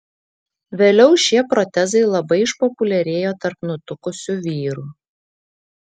vėliau šie protezai labai išpopuliarėjo tarp nutukusių vyrų